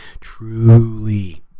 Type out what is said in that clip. truly